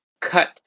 cut